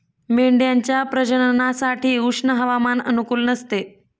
मेंढ्यांच्या प्रजननासाठी उष्ण हवामान अनुकूल नसते